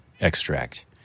extract